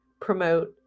promote